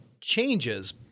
changes